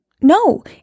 No